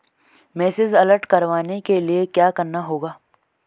Message alert करवाने के लिए क्या करना होगा?